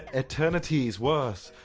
ah aeternity's worth,